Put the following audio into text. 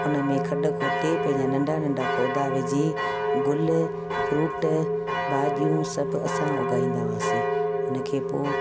हुन में खॾ खोटे पंहिंजा नंढा नंढा पोधा विझी गुल फ्रूट भाॼियूं सभु असां उगाईंदा हुआसीं उन खे पोइ